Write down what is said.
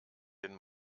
den